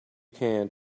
can